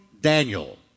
Daniel